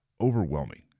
overwhelming